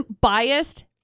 biased